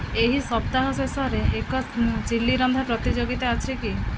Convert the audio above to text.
ଏହି ସପ୍ତାହ ଶେଷରେ ଏକ ଚିଲି ରନ୍ଧା ପ୍ରତିଯୋଗିତା ଅଛି କି